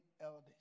elders